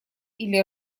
или